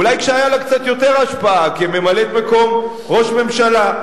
אולי כשהיתה לה קצת יותר השפעה כממלאת-מקום ראש הממשלה.